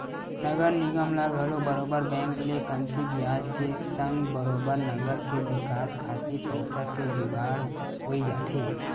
नगर निगम ल घलो बरोबर बेंक ले कमती बियाज के संग बरोबर नगर के बिकास खातिर पइसा के जुगाड़ होई जाथे